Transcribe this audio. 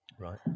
Right